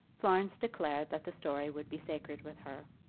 florence declared that the story would be sacred with her.